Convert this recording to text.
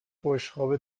بشقاب